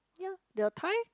ya your time